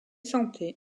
santé